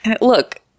Look